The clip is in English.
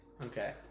Okay